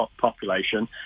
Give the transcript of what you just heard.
population